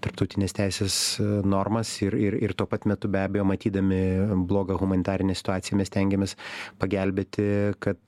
tarptautinės teisės normas ir ir ir tuo pat metu be abejo matydami blogą humanitarinę situaciją mes stengiamės pagelbėti kad